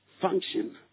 function